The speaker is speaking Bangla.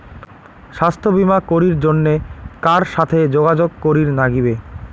স্বাস্থ্য বিমা করির জন্যে কার সাথে যোগাযোগ করির নাগিবে?